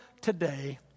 today